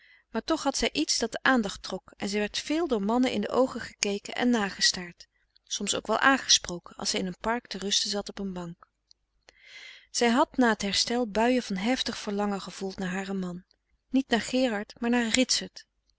maar toch had zij iets dat de aandacht trok en zij werd veel door mannen in de oogen gekeken en nagestaard soms ook wel aangesproken als zij in een park te rusten zat op een bank zij had na t herstel buien van heftig verlangen gevoeld naar haren man niet naar gerard maar naar ritsert